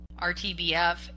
RTBF